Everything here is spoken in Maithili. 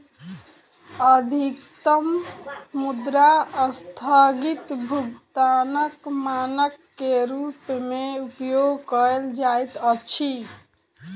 अधिकतम मुद्रा अस्थगित भुगतानक मानक के रूप में उपयोग कयल जाइत अछि